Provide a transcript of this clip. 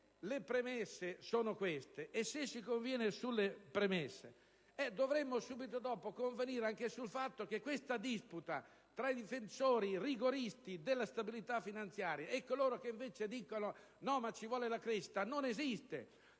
le premesse sono queste, e se si conviene sulle stesse, dovremmo, subito dopo, convenire anche sul fatto che questa disputa tra i difensori rigoristi della stabilità finanziaria e coloro che affermano che ci vuole la crescita non esiste,